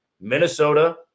Minnesota –